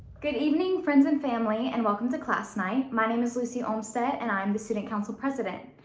good evening friends and family, and welcome to class night. my name is lucy olmstead and i am the student council president.